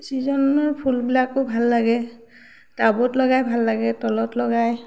ছিজনৰ ফুলবিলাকো ভাল লাগে টাবত লগাই ভাল লাগে তলত লগাই